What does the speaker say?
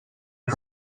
are